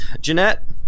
Jeanette